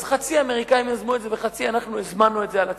אז חצי האמריקנים יזמו את זה וחצי אנחנו הזמנו את זה על עצמנו,